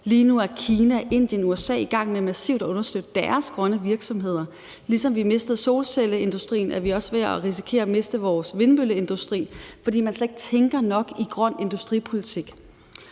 Lige nu er Kina, Indien og USA i gang med massivt at understøtte deres grønne virksomheder. Ligesom vi mistede solcelleindustrien, er vi også ved at risikere at miste vores vindmølleindustri, fordi man slet ikke tænker nok i grøn industripolitik.